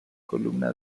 columna